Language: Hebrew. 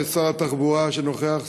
שר התחבורה שנוכח,